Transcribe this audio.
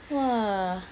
!wah!